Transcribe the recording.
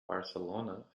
barcelona